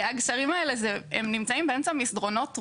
הגשרים האלה נמצאים באמצע מסדרונות רוח,